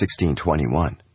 1621